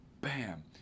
bam